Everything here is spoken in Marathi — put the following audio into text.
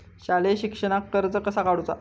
शालेय शिक्षणाक कर्ज कसा काढूचा?